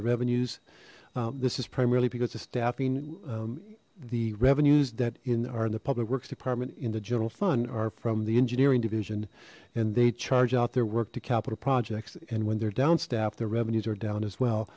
the revenues this is primarily because of staffing the revenues that in our in the public works department in the general fund are from the engineering division and they charge out their work to capital projects and when they're down staff their revenues are down as well